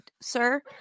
sir